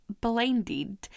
blinded